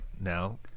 now